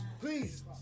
Please